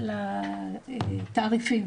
לתעריפים.